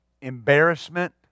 embarrassment